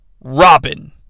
robin